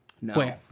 No